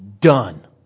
done